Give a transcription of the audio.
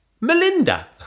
Melinda